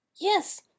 Yes